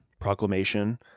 proclamation